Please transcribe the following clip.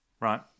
Right